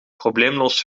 probleemloos